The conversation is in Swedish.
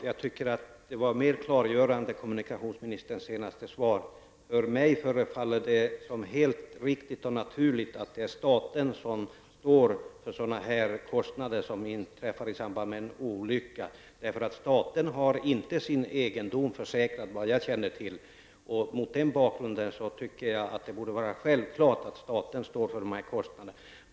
Herr talman! Kommunikationsministerns senaste svar var enligt min mening mer klargörande. För mig förefaller det helt riktigt och naturligt att det är staten som står för kostnader i samband med en olycka. Staten har efter vad jag känner till inte sin egendom försäkrad. Mot den bakgrunden borde det enligt min mening vara självklart att staten står för kostnaderna.